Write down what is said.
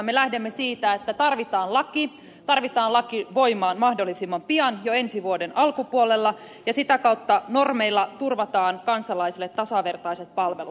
me lähdemme siitä että tarvitaan laki tarvitaan laki voimaan mahdollisimman pian jo ensi vuoden alkupuolella ja sitä kautta normeilla turvataan kansalaisille tasavertaiset palvelut